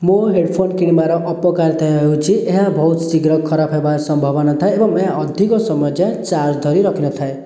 ମୁଁ headphone କିଣିବାର ଅପକାରିତା ହେଉଛି ଏହା ବହୁତ ଶୀଘ୍ର ଖରାପ ହେବାର ସମ୍ଭାବନା ଥାଏ ଏବଂ ଏହା ଅଧିକ ସମୟ ଯାଏ ଚାର୍ଜ ଧରି ରଖିନଥାଏ